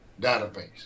database